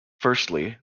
firstly